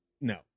no